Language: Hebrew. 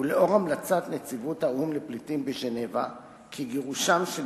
ולנוכח המלצת נציבות האו"ם לפליטים בז'נבה שגירושם של